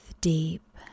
deep